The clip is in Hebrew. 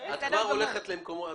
את כבר הולכת למקומות,